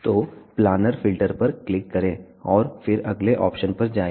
तो planner filter पर click करें और फिर अगले ऑप्शन पर जाएं